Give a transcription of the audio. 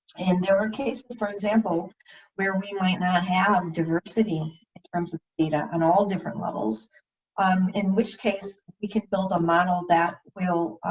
and there are cases for example where we might not have diversity in terms of data on all different levels um in which case we could build a model that will